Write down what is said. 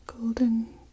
golden